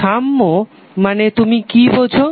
সাম্য মানে তুমি কি বোঝো